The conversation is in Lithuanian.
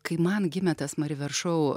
kai man gimė tas mari ver šou